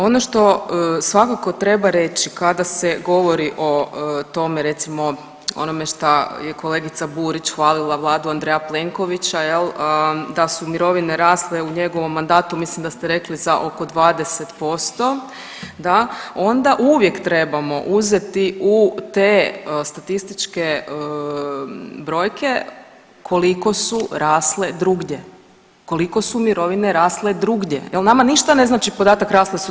Ono što svakako treba reći kada se govori o tome recimo onome šta je kolegica Burić hvalila vladu Andreja Plenkovića da su mirovine rasle u njegovom mandatu, mislim da ste rekli za oko 20%, da, onda uvijek trebamo uzeti u te statističke brojke koliko su rasle drugdje, koliko su mirovine rasle drugdje, jel nama ništa ne znači podatak rasle su 20%